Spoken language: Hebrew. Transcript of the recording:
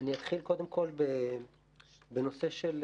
אני אתחיל, קודם כול, בנושא של